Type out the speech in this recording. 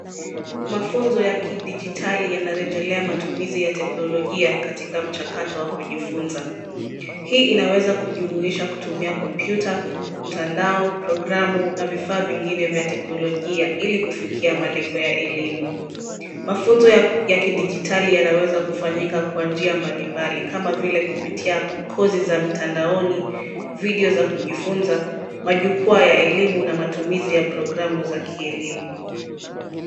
Mafunzo ya kidijitali yanarejelea matumizi ya teknolojia katika mchakato wa kujifunza. Hii inaweza kujumuisha kutumia kompyuta, mtandao, programu na vifaa vingine vya teknolojia ili kufikia malengo ya elimu. Mafunzo ya kidijitali yanaweza kufanyika kwa njia mbalimbali, kama vile kupitia kozi za mtandaoni, video za kujifunza, majukwaa ya elimu na matumizi ya programu za kielimu.